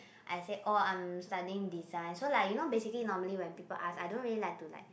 I say oh I'm studying design so like you know basically normally when people ask I don't really like to like